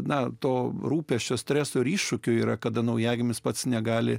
na to rūpesčio stresorių iššūkių yra kada naujagimis pats negali